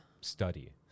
study